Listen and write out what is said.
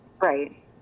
Right